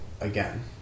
again